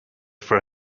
for